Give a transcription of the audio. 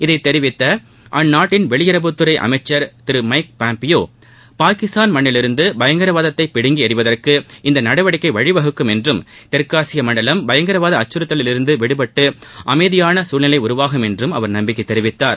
இதை தெரிவித்த அந்நாட்டின் வெளியுறவுத்துறை அமைச்சர் திரு மைக் பாம்பியோ பாகிஸ்தான் மண்ணிலிருந்து பயங்கரவாதத்தை பிடுங்கி எறிவதற்கு இந்த நடவடிக்கை வழிவகுக்கும் என்றும் தெற்காசிய மண்டலம் பயங்கரவாத அச்சுறுத்தலிலிருந்து விடுபட்டு அமைதியாள சூழ்நிலை உருவாகும் என்றும் அவர் நம்பிக்கை தெரிவித்தார்